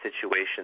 situation